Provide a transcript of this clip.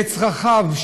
לצרכיו,